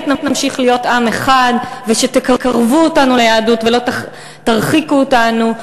נמשיך להיות עם אחד ושתקרבו אותנו ליהדות ולא תרחיקו אותנו.